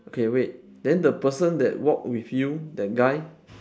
okay wait then the person that walk with you that guy